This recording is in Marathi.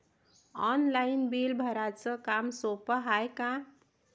ऑनलाईन बिल भराच काम सोपं हाय का?